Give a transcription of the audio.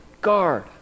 guard